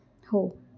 हो